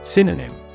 Synonym